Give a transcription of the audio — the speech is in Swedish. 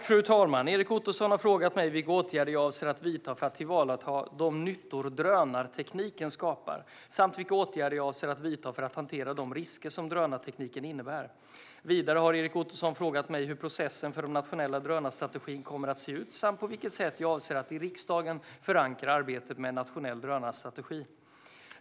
Fru talman! Erik Ottoson har frågat mig vilka åtgärder jag avser att vidta för att tillvarata de nyttor drönartekniken skapar samt vilka åtgärder jag avser att vidta för att hantera de risker som drönartekniken innebär. Vidare har Erik Ottoson frågat mig hur processen för den nationella drönarstrategin kommer att se ut samt på vilket sätt jag avser att i riksdagen förankra arbetet med en nationell drönarstrategi.